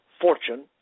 fortune